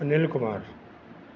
Anil Kumar